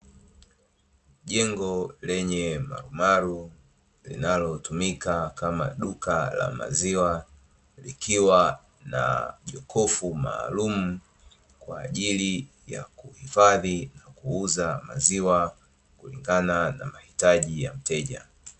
Jengo lenye marumaru linalo tumika kama duka la maziwa, likiwa na jokofu maalumu kwa ajili ya kuhifadhi na kuuza maziwa kulingana na mahitaji ya mteja.